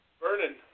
burning